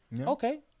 Okay